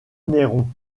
néron